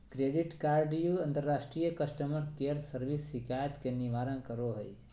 credit कार्डव्यू अंतर्राष्ट्रीय customer care service शिकायत के निवारण करो हइ